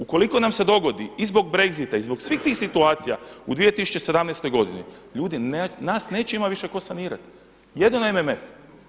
Ukoliko nam se dogodi i zbog Brexita i zbog svih tih situacija u 2017. godini ljudi nas neće imati više tko sanirati jedino MMF.